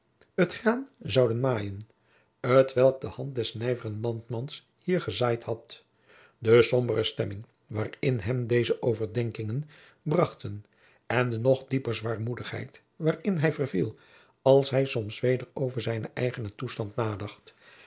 hel graan zouden maaien t welk de hand des nijveren landmans hier gezaaid had de sombere stemming waarin hem deze overkingen brachten en de nog dieper zwaarmoedigheid waarin hij verviel als hij soms weder over zijnen eigenen toestand nadacht